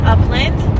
Upland